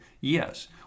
Yes